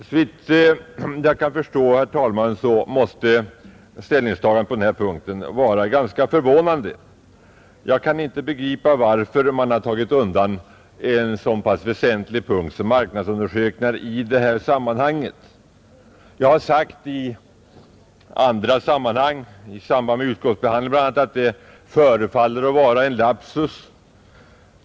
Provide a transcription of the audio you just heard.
Såvitt jag kan förstå, herr talman, måste departementschefens ställningstagande på denna punkt vara ganska förvånande. Jag kan inte begripa varför man tagit undan en så pass väsentlig del som marknadsundersökningar. Jag har sagt vid andra tillfällen, bl.a. i samband med utskottsbehandlingen, att det förefaller vara en lapsus.